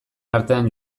artean